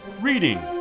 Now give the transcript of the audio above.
Reading